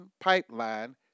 pipeline